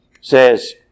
says